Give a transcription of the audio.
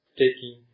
taking